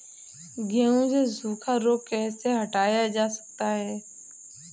गेहूँ से सूखा रोग कैसे हटाया जा सकता है?